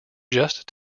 just